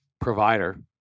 provider